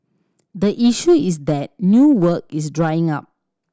the issue is that new work is drying up